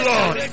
Lord